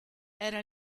era